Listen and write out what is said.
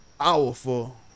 powerful